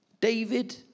David